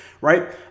right